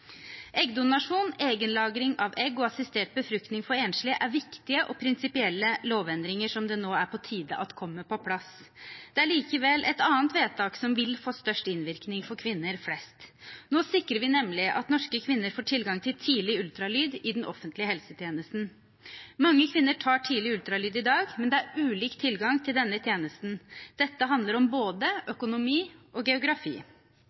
Eggdonasjon, egen lagring av egg og assistert befruktning for enslige er viktige og prinsipielle lovendringer som det nå er på tide at kommer på plass. Det er likevel et annet vedtak som vil få størst innvirkning for kvinner flest. Nå sikrer vi nemlig at norske kvinner får tilgang til tidlig ultralyd i den offentlige helsetjenesten. Mange kvinner tar tidlig ultralyd i dag, men det er ulik tilgang til denne tjenesten. Dette handler om både økonomi og geografi.